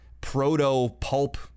proto-pulp